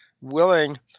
willing